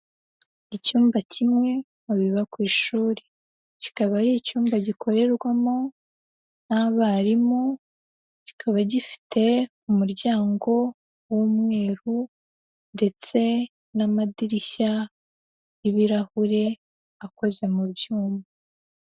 Icyumba kimwe mu biba ku ishuri. Kikaba ari icyumba gikorerwamo n'abarimu, kikaba gifite umuryango w'umweru ndetse n'amadirishya y'ibirahure, akoze mu byuma.